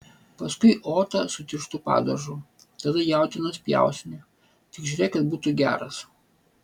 paskui otą su tirštu padažu tada jautienos pjausnį tik žiūrėk kad būtų geras